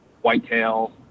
whitetail